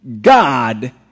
God